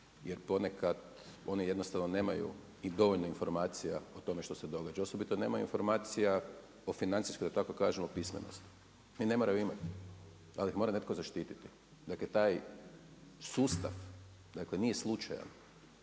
Jer ponekad one jednostavno nemaju i dovoljno informacija o tome što se događa. Osobito nemaju informacija o financijskoj da tako kažem o pismenosti. I ne moraju imati, ali ih mora netko zaštititi. Dakle, taj sustav dakle nije slučajan.